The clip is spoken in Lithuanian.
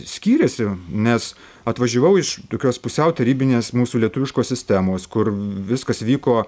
skyrėsi nes atvažiavau iš tokios pusiau tarybinės mūsų lietuviškos sistemos kur viskas vyko